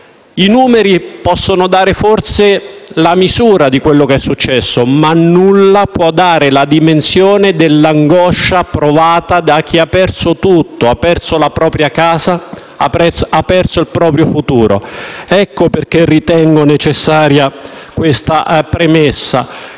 I numeri possono forse dare la misura di quello che è successo, ma nulla può dare la dimensione dell'angoscia provata da chi ha perso tutto, la propria casa e il proprio futuro. Ecco perché ritengo necessaria questa premessa,